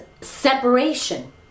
separation